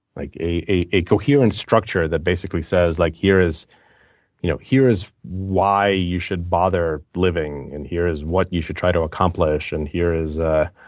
like a a coherent structure that basically says like here is you know here is why you should bother living, and here is what you should try to accomplish. and here is ah